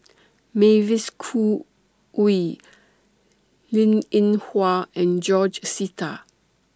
Mavis Khoo Oei Linn in Hua and George Sita